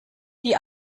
die